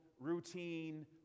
routine